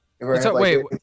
Wait